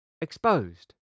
exposed